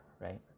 right